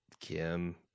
Kim